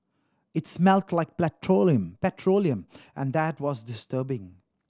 it smelt like petroleum and that was disturbing